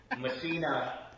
Messina